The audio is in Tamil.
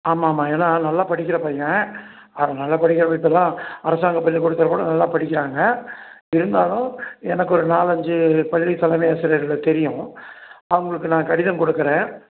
ஆமாம் ஆமாம் ஏன்னா நல்லா படிக்கிற பையன் அரசாங்க பள்ளிக்கூடத்தில் கூட நல்லா படிக்கிறாங்க இருந்தாலும் எனக்கு ஒரு நாலு அஞ்சு பள்ளி தலைமை ஆசிரியர்களை தெரியும் அவங்களுக்கு நான் கடிதம் கொடுக்கறேன்